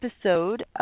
episode